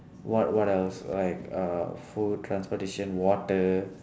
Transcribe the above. what what else like uh food transportation water